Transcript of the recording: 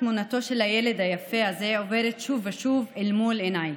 תמונתו של הילד היפה הזה עוברת שוב ושוב אל מול עיניי.